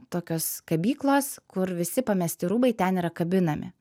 tokios kabyklos kur visi pamesti rūbai ten yra kabinami